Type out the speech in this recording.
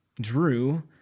Drew